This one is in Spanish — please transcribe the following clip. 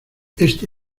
este